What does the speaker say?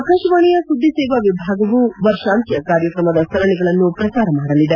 ಆಕಾಶವಾಣಿಯ ಸುದ್ದಿ ಸೇವಾ ವಿಭಾಗವು ವರ್ಷಾಂತ್ಯ ಕಾರ್ಯಕ್ರಮದ ಸರಣಿಗಳನ್ನು ಪ್ರಸಾರ ಮಾಡಲಿದೆ